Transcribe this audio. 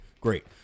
Great